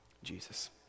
Jesus